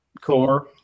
core